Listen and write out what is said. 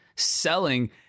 Selling